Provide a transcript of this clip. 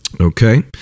Okay